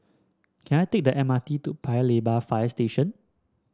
can I take the M R T to Paya Lebar Fire Station